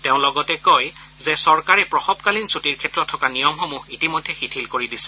তেওঁ লগতে কয় যে চৰকাৰে প্ৰসৱকালীন ছুটিৰ ক্ষেত্ৰত থকা নিয়মসমূহ ইতিমধ্যে শিথিল কৰিছে